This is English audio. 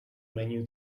menu